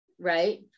right